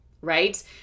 right